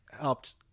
helped